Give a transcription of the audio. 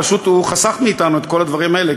פשוט הוא חסך מאתנו את כל הדברים האלה,